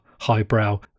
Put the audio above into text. highbrow